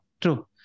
true